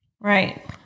Right